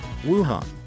Wuhan